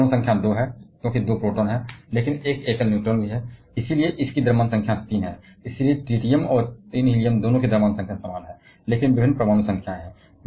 इसकी परमाणु संख्या 2 है क्योंकि इसमें 2 प्रोटॉन हैं लेकिन एक एकल न्यूट्रॉन भी है इसलिए 3 3 की एक बड़ी संख्या है इसलिए ट्रिटियम और 3 वह दोनों संख्या के समान हैं लेकिन विभिन्न परमाणु संख्याएं हैं